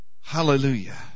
Hallelujah